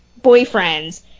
boyfriends